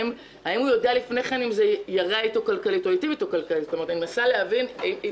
עשית דבר מסוים מתוך להט העבודה הפרלמנטרית על דוכן הכנסת,